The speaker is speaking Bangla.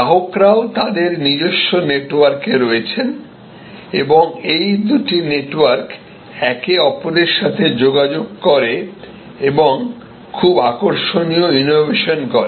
গ্রাহকরাও তাদের নিজস্ব নেটওয়ার্কে রয়েছেন এবং এই দুটি নেটওয়ার্ক একে অপরের সাথে যোগাযোগ করে এবং খুব আকর্ষণীয় ইনোভেশন করে